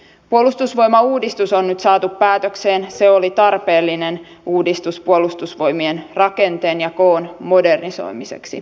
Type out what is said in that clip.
puolustusvoimauudistus on nyt saatu päätökseen se oli tarpeellinen uudistus puolustusvoimien rakenteen ja koon modernisoimiseksi